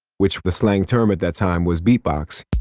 which were the slang term at that time was beatbox